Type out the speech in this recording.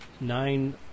nine